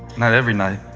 not every night.